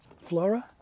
Flora